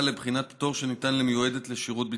לבחינת פטור שניתן למיועדת לשירות ביטחון.